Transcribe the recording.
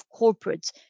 corporates